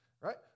right